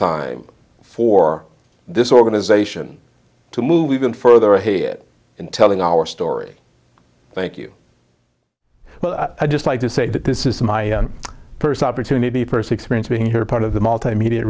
time for this organization to move even further ahead and telling our story thank you well i just like to say that this is my purse opportunity first experience being here part of the multimedia